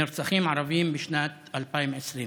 נרצחים ערבים בשנת 2020: